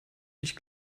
ich